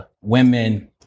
Women